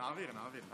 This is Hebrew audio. גברתי השרה,